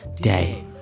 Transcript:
day